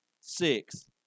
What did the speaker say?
six